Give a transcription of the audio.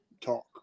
talk